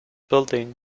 building